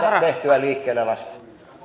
tehtyä liikkeellelaskua